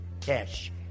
cash